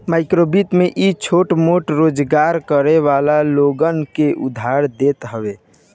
माइक्रोवित्त में इ छोट मोट रोजगार करे वाला लोगन के उधार देत हवे